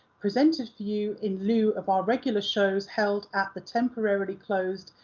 presented for you in lieu of our regular shows held at the temporarily closed,